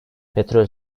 petrol